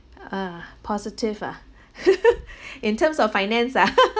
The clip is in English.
ah positive ah in terms of finance ah